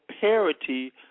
parity